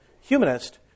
humanist